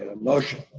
motion.